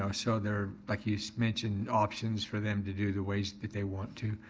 ah so they're, like you mentioned, options for them to do the ways that they want to.